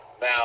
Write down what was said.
Now